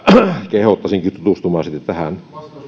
kehottaisinkin tutustumaan tähän